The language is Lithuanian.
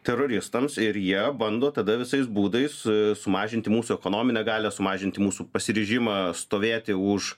teroristams ir jie bando tada visais būdais sumažinti mūsų ekonominę galią sumažinti mūsų pasiryžimą stovėti už